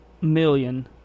million